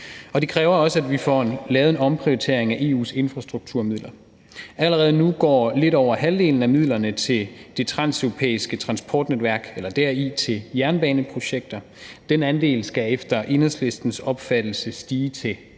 Det kræver også, at vi får lavet en omprioritering af EU's infrastrukturmidler. Allerede nu går lidt over halvdelen af midlerne til det transeuropæiske transportnets jernbaneprojekter; den andel skal efter Enhedslistens opfattelse stige til